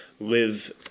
live